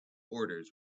orders